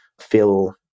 feel